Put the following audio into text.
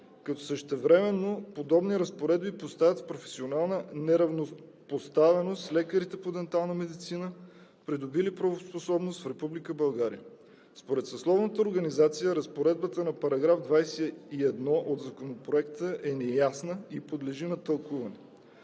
като същевременно подобни разпоредби поставят в професионална неравнопоставеност лекарите по дентална медицина, придобили правоспособност в Република България. Според съсловната организация разпоредбата на § 21 от Законопроекта е неясна и подлежи на тълкуване.